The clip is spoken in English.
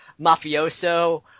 mafioso